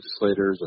legislators